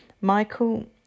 Michael